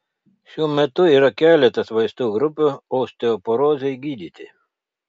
šiuo metu yra keletas vaistų grupių osteoporozei gydyti